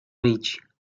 ridge